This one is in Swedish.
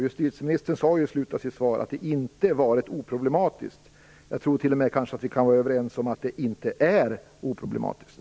Justitieministern sade i slutet av sitt svar att det inte varit oproblematiskt. Jag tror att vi kanske t.o.m. kan vara överens om att det inte är oproblematiskt.